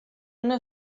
una